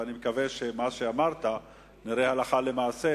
ואני מקווה שאת מה שאמרת נראה הלכה למעשה,